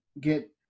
get